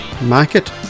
market